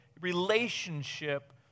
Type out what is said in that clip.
relationship